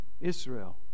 Israel